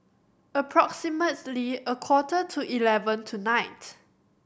approximately a quarter to eleven tonight